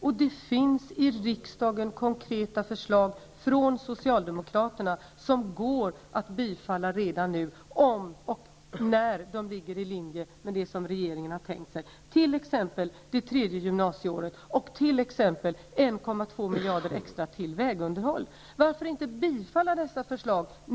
Och det finns i riksdagen konkreta förslag från socialdemokraterna som går att bifalla redan nu om och när de ligger i linje med det som regeringen har tänkt sig, t.ex. ett tredje gymnasieår och 1,2 Varför inte bifalla dessa förslag?